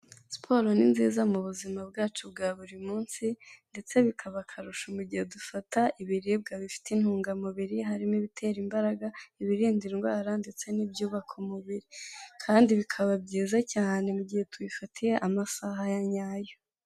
Siporo ni nziza mu buzima bwacu bwa buri munsi, ndetse bikaba akarusho mu gihe dufata ibiribwa bifite intungamubiri, harimo ibitera imbaraga, ibirinda indwara, ndetse n'ibyubaka umubiri, kandi bikaba byiza cyane mu gihe tubifatiye amasaha ya nyayo.